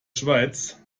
schweiz